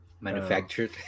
Manufactured